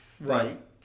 Right